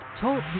Talk